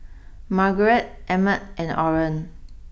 Margeret Emmett and Orren